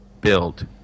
build